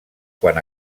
quan